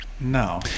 No